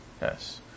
Yes